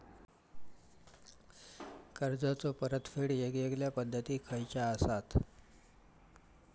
कर्जाचो परतफेड येगयेगल्या पद्धती खयच्या असात?